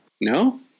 No